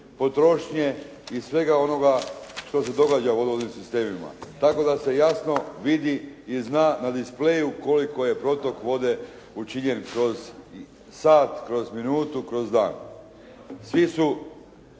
potrošnje i svega onoga što se događa u vodovodnim sistemima. Tako da se jasno vidi i zna na displeju koliko je protok vode učinjen kroz sat, minutu, kroz dan. Svi su